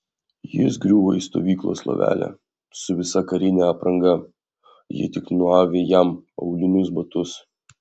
jis griuvo į stovyklos lovelę su visa karine apranga jie tik nuavė jam aulinius batus